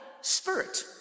spirit